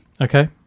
Okay